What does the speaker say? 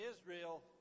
Israel